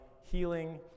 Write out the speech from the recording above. healing